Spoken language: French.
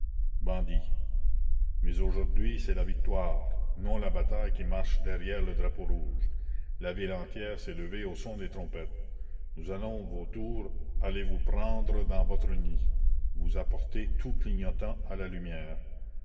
bandits mais aujourd'hui c'est la victoire non la bataille qui marche derrière le drapeau rouge la ville entière s'est levée au son des trompettes nous allons vautours aller vous prendre dans votre nid vous apporter tout clignotants à la lumière